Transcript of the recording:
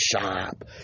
shop